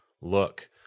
look